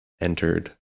entered